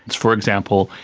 for example,